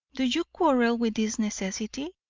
do you quarrel with this necessity?